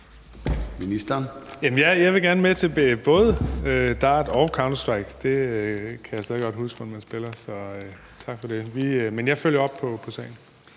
Bek): Ja, jeg vil gerne med til både dart og Counter-Strike. Det kan jeg stadig godt huske hvordan man spiller. Så tak for det. Men jeg følger op på sagen.